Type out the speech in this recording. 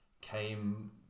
came